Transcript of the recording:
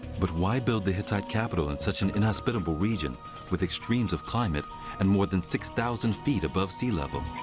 but why build the hittite capital in such an inhospitable region with extremes of climate and more than six thousand feet above sea level?